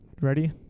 ready